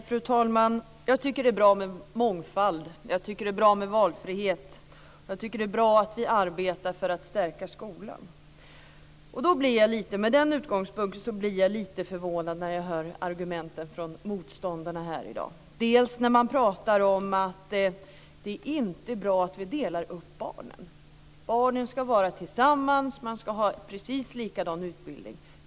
Fru talman! Jag tycker att det är bra med mångfald och valfrihet och att vi arbetar för att stärka skolan. Från den utgångspunkten blir jag lite förvånad när jag hör argumenten från motståndarna här i dag. De pratar till att börja med om att det inte är bra att vi delar upp barnen. Barnen ska vara tillsammans, och de ska ha precis likadan utbildning.